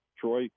Troy